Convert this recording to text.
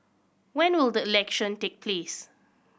when will the election take place